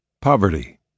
POVERTY